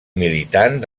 militant